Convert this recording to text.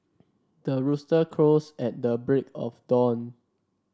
the rooster crows at the break of dawn